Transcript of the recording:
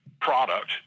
product